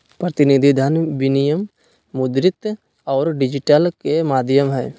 प्रतिनिधि धन विनिमय मुद्रित और डिजिटल के माध्यम हइ